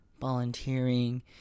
volunteering